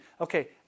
Okay